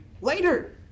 later